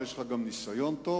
ויש לך גם ניסיון טוב,